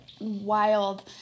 wild